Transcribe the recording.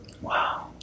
wow